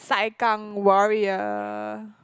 Sai-Kang Warrior